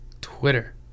Twitter